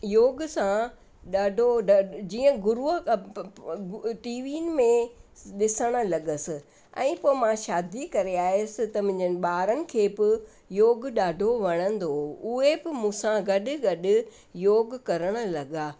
योग सां ॾाढो ड जीअं गुरूअ टीवीन में ॾिसणु लॻियसि ऐं पोइ मां शादी करे आयसि त मुंहिंजनि ॿारनि खे बि योग ॾाढो वणंदो उहे बि मूं सां गॾु गॾु योग करणु लॻा